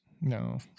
No